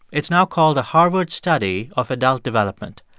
it's now called the harvard study of adult development.